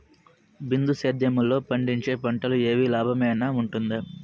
బిందు సేద్యము లో పండించే పంటలు ఏవి లాభమేనా వుంటుంది?